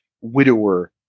widower